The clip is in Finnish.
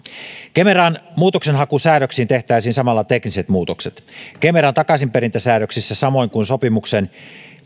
kemeran muutoksenhakusäädöksiin tehtäisiin samalla tekniset muutokset kemeran takaisinperintäsäädöksissä samoin kuin sopimuksen